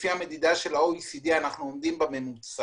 לפי המדידה של ה-OECD אנחנו עומדים בממוצע,